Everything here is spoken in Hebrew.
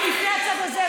אני אפנה לצד הזה,